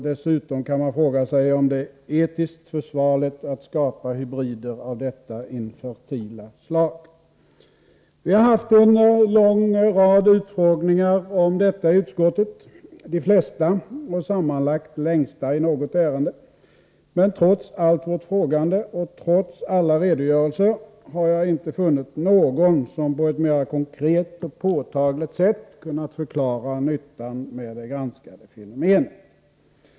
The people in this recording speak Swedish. Dessutom kan man fråga sig om det är etiskt försvarligt att skapa hybrider av detta infertila slag. Vi har haft en lång rad utfrågningar om detta i utskottet — de flesta och sammanlagt längsta i något ärende — men trots allt vårt frågande och trots alla redogörelser har jag inte funnit någon som på ett mer konkret och påtagligt sätt kunnat förklara nyttan med det granskade fenomenet.